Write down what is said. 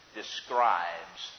describes